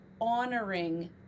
honoring